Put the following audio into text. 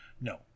no